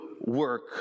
work